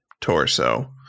torso